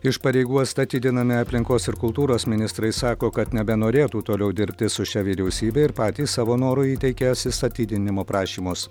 iš pareigų atstatydinami aplinkos ir kultūros ministrai sako kad nebenorėtų toliau dirbti su šia vyriausybe ir patys savo noru įteikė atsistatydinimo prašymus